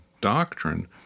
doctrine